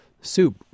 soup